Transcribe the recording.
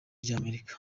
ry’amerika